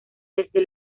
desde